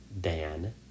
Dan